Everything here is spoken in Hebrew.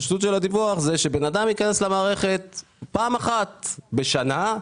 שבן אדם ייכנס למערכת פעם אחת בשנה,